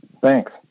thanks